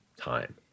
time